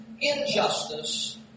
injustice